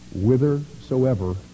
whithersoever